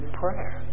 prayer